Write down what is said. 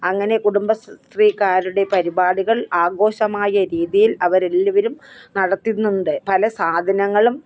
അങ്ങനെ കുടുംബശ്രീക്കാരുടെ പരിപാടികൾ ആഘോഷമായ രീതിയിൽ അവരെല്ലാവരും നടത്തുന്നുണ്ട് പല സാധനങ്ങളും